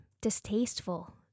distasteful